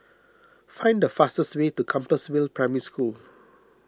find the fastest way to Compassvale Primary School